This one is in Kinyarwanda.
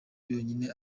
yonyine